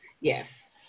Yes